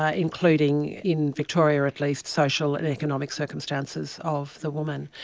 ah including in victoria at least social and economic circumstances of the woman.